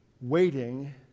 Waiting